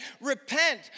repent